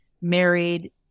married